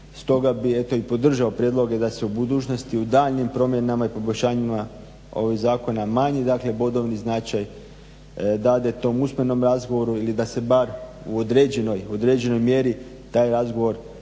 Stoga bih podržao prijedloge da se u budućnosti u daljnjim promjenama i poboljšanjima ovog zakona manji bodovni značaj dade tom usmenom razgovoru ili da se bar u određenoj mjeri taj razgovor